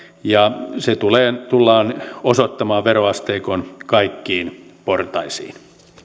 ja se tullaan osoittamaan veroasteikon kaikkiin portaisiin